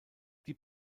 die